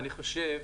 אני חושב